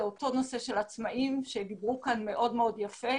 זה אותו נושא של עצמאים שדיברו כאן מאוד יפה.